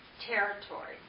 territory